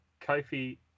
Kofi